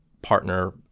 partner